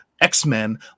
X-Men